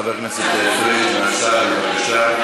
חבר הכנסת פריג', בבקשה.